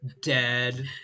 dead